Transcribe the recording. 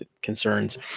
Concerns